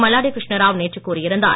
மல்லாடி கிருஷ்ணராவ் நேற்று கூறியிருந்தார்